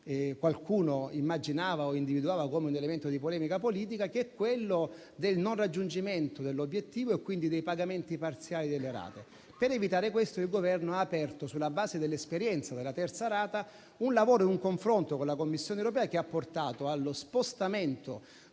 qualcuno immaginava o individuava come un elemento di polemica politica. Mi riferisco al non raggiungimento dell'obiettivo e, quindi, dei pagamenti parziali delle rate. Per evitare questo, il Governo ha aperto, sulla base dell'esperienza della terza rata, un lavoro e un confronto con la Commissione europea che ha portato allo spostamento